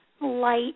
light